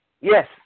Yes